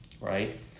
right